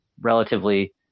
relatively